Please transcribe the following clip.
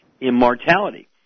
immortality